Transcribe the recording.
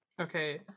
Okay